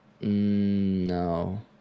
No